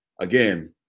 again